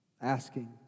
asking